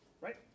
Right